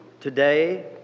today